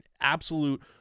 absolute